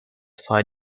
fire